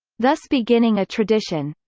thus beginning a tradition.